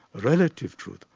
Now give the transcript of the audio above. relative truth,